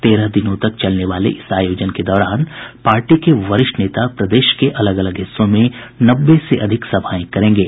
तेरह दिनों तक चलने वाले इस आयोजन के दौरान पार्टी के वरिष्ठ नेता प्रदेश के अलग अलग हिस्सों में नब्बे से अधिक सभाएं करेंगे